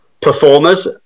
performers